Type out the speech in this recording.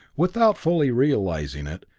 without fully realizing it,